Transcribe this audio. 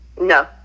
No